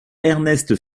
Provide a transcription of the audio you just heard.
ernest